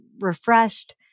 refreshed